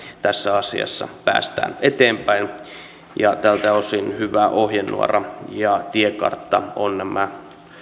tässä asiassa päästään eteenpäin tältä osin hyvä ohjenuora ja tiekartta ovat nämä